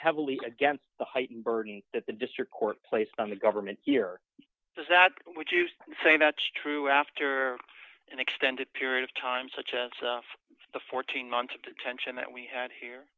heavily against the heightened burden that the district court placed on the government here does that which you say that's true after an extended period of time such as the fourteen months of detention that we had here